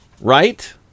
Right